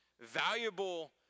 valuable